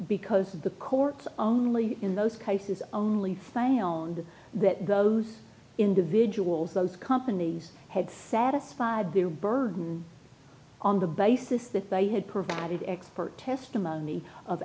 because the court only in those cases only my own that individuals those companies had satisfied their burden on the basis that they had provided expert testimony